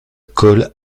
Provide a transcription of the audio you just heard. col